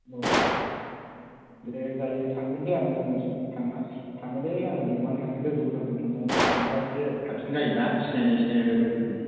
औ दे जायो थांगोनदे आङो थाङा थाङोलै आङो लेंब्लानो थाङो लोगोफोरजों थांनो थांबा एसे साबसिन जायो ना सिनायनाय सिनायनाय लोगोफोरजों